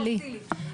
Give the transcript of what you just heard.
פוסילי.